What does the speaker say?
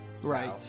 Right